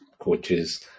coaches